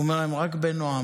הוא אומר להם: רק בנועם,